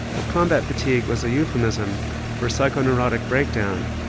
well combat fatigue was a euphemism for a psychoneurotic breakdown,